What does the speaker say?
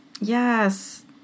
Yes